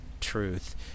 truth